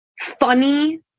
funny